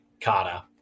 Carter